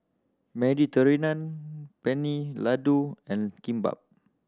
Mediterranean Penne Ladoo and Kimbap